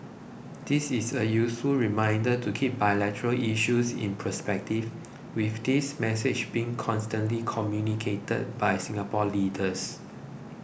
this is a useful reminder to keep bilateral issues in perspective with this message being consistently communicated by Singapore leaders